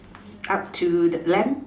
up to the lamb